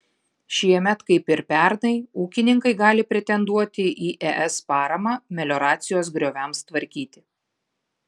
šiemet kaip ir pernai ūkininkai gali pretenduoti į es paramą melioracijos grioviams tvarkyti